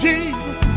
Jesus